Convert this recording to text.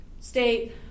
state